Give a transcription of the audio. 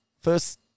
first